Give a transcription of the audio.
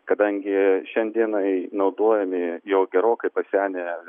kadangi šiandienai naudojami jau gerokai pasenę